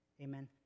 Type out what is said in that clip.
Amen